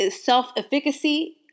self-efficacy